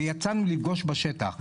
ויצאנו לפגוש בשטח,